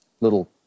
little